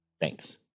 Thanks